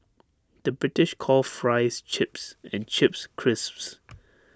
the British calls Fries Chips and Chips Crisps